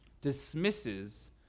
dismisses